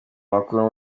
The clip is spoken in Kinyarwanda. amakuru